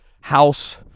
house